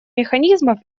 механизмов